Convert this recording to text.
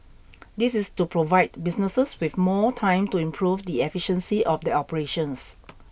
this is to provide businesses with more time to improve the efficiency of their operations